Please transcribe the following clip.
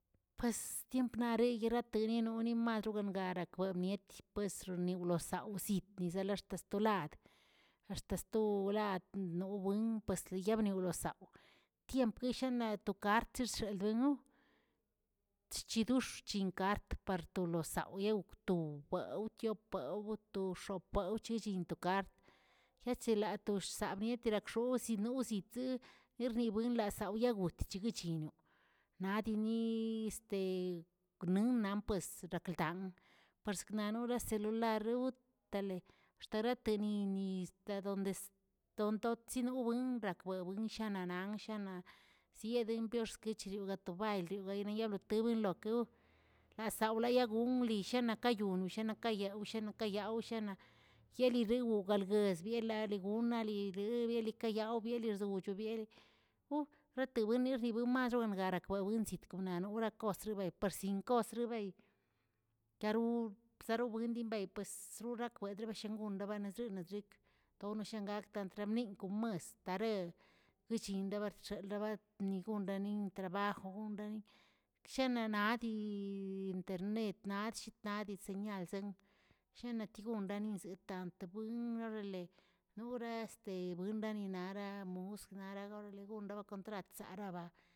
Pues tiempnarenirat yeninonimarcho garakwemietch pues sinorisauts yizilaxtobtostad axta stolate nowin pues yabli nos', tiempo keshinato archeseldawnoꞌo, chchidox̱ꞌshinꞌ gart par tolo sawꞌoctuweꞌe, otiwap, wtox̱opauch, chechintokar, yechilartosaꞌak yetirakxozꞌ noziꞌtzeꞌe yirribuinlas oyagotchgəyino, nadini yiste gnon nanpues rakaldan, porsiknanorasik wlareotale xtareteniniz do- dondes tontotsinowet rakweꞌ winshananaꞌ shanaꞌ siiyedien piorschekenegatoꞌ baylio gayliotenbion kew lawsayalagun yishanakayu yishanakayaa shanakayaw shana yeniriw galguesbiaꞌlalegon lalebie alekeꞌkayaw bieliguerzchowcho bieꞌ retewen retewirmachonga wewonchzitkonaꞌ worakostrbay parsinkostrbay, baru bzaruwendibey pues rurakweꞌ rebeshangon rebanasdrisdrik, tonashangak andrabniꞌkomaꞌas tarekuchin rabartshi rabartnigonrani trabajw ronrani', shena nadi internetnaꞌ tshinat señal she- shenato gonrani buetant rebueni orale nora este rebueni nara mus narali contrat naraba.